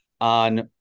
on